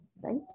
Right